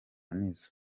nizzo